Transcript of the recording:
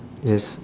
yes